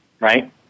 right